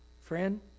Friend